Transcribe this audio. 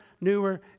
newer